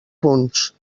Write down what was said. punts